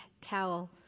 towel